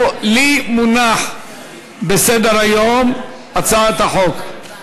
לי מונחת בסדר-היום הצעת החוק.